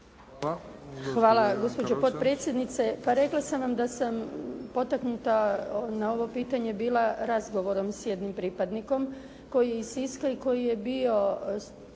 (HDZ)** Hvala. Gospođo potpredsjednice, pa rekla sam vam da sam potaknuta na ovo pitanje bila razgovorom s jednim pripadnikom koji je iz Siska i koji je bio